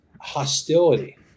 hostility